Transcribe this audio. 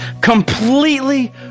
completely